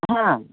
हँ